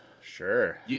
sure